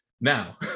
now